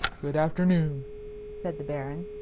good-afternoon, said the baron.